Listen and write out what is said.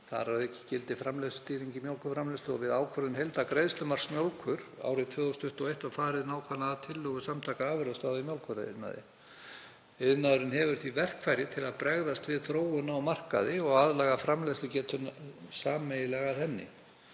Þar að auki gildir framleiðslustýring í mjólkurframleiðslu og við ákvörðun um heildargreiðslumarks mjólkur árið 2021 var farið nákvæmlega að tillögu Samtaka afurðastöðva í mjólkuriðnaði. Iðnaðurinn hefur því verkfæri til að bregðast við þróun á markaði og aðlaga framleiðslugetuna sameiginlega að henni.